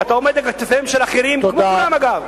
אתה עומד על כתפיהם של אחרים, כמו כולם, אגב.